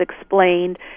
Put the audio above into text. explained